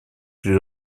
при